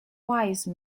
wise